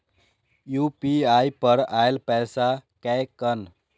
UPI पर आएल पैसा कै कैन?